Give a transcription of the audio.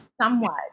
somewhat